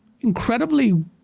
incredibly